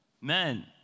Men